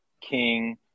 king